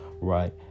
Right